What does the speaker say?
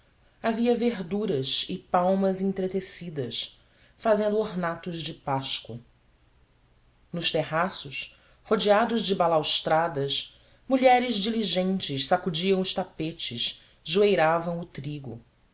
havia verduras e palmas entretecidas fazendo ornatos de páscoa nos terraços rodeados de balaustradas mulheres diligentes sacudiam os tapetes